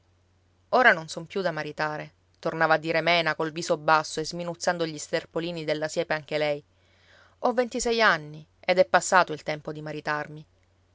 ora non son più da maritare tornava a dire mena col viso basso e sminuzzando gli sterpolini della siepe anche lei ventisei anni ed è passato il tempo di maritarmi